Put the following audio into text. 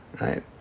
Right